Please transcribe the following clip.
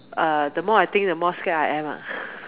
uh the more I think the more scared I am lah